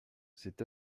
c’est